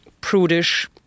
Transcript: prudish